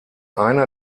einer